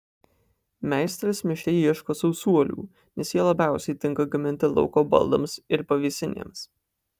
meistras miške ieško sausuolių nes jie labiausiai tinka gaminti lauko baldams ir pavėsinėms